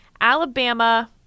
Alabama